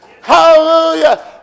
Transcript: Hallelujah